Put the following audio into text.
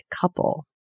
couple